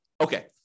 Okay